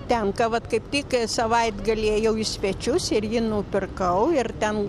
tenka vat kaip tik savaitgalį ėjau į svečius ir jį nupirkau ir ten